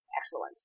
Excellent